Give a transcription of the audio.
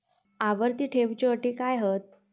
आवर्ती ठेव च्यो अटी काय हत?